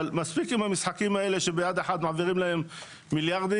אבל מספיק עם המשחקים שביד אחת מעבירים להם מיליארדים